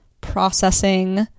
processing